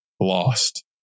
lost